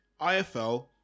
IFL